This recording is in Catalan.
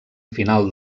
final